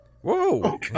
Whoa